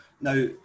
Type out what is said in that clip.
now